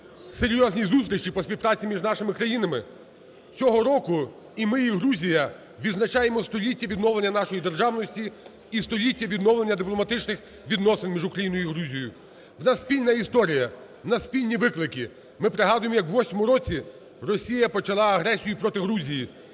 серйозні зустрічі по співпраці між нашими країнами. Цього року і ми, і Грузія відзначаємо 100-ліття відновлення нашої державності і 100-ліття відновлення дипломатичних відносин між Україною і Грузією. У нас спільна історія. У нас спільні виклики. Ми пригадуємо, як у 2008 році Росія почала агресію проти Грузії.